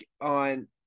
on